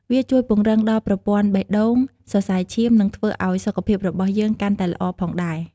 វាជួយពង្រឹងដល់ប្រព័ន្ធបេះដូង សរសៃឈាម និងធ្វើឱ្យសុខភាពរបស់យើងកាន់តែល្អផងដែរ។